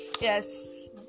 Yes